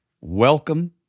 Welcome